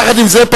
יחד עם זאת,